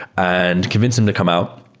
and convinced him to come out.